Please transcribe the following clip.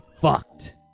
fucked